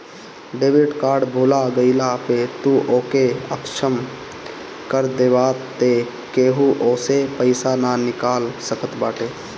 debit card भूला गईला पअ तू ओके असक्षम कर देबाअ तअ केहू ओसे पईसा ना निकाल सकत बाटे